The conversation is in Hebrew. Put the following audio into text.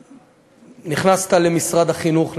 נכנסת למשרד החינוך,